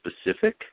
specific